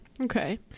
okay